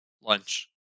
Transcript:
lunch